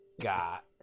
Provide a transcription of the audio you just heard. got